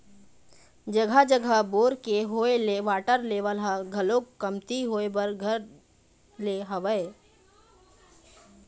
जघा जघा बोर के होय ले वाटर लेवल ह घलोक कमती होय बर धर ले हवय